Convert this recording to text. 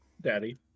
Daddy